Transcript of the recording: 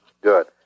Good